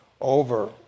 over